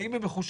האם הם מחושבים,